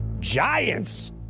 Giants